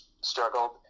struggled